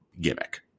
gimmick